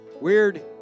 Weird